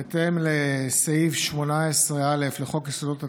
בהתאם לסעיף 18(א) לחוק יסודות התקציב,